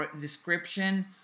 description